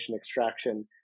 extraction